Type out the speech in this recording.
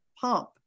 pump